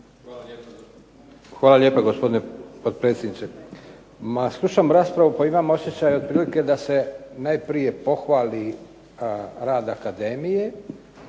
Hvala lijepa